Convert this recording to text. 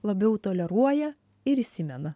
labiau toleruoja ir įsimena